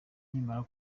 nimara